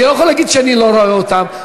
אני לא יכול להגיד שאני לא רואה אותם.